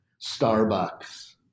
Starbucks